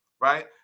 right